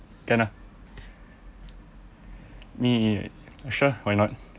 can ah me sure why not